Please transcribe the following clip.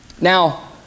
Now